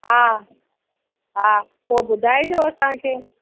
हा हा पोइ ॿुधाइजो असांखे